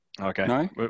Okay